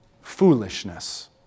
foolishness